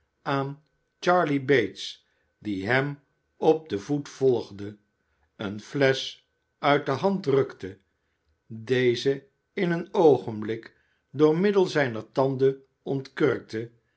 aan charley bates die hem op den voet volgde eene flesch uit de hand rukte deze in een oogenblik door middel zijner tanden ontkurkte